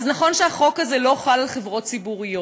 אז נכון שהחוק הזה לא חל על חברות ציבוריות,